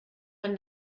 man